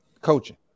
coaching